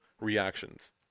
reactions